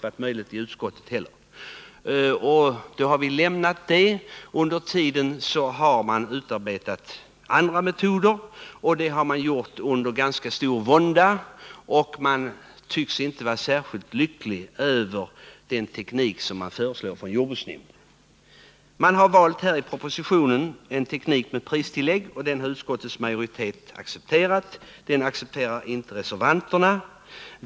Andra metoder har utarbetats under ganska stor vånda, och man tycks inte vara särskilt lycklig över den teknik som jordbruksnämnden föreslår. I propositionen har jordbruksministern valt en teknik med pristillägg, och den har utskottets majoritet accepterat, vilket emellertid reservanterna inte har gjort.